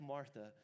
Martha